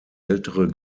ältere